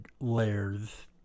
layers